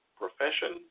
profession